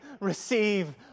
receive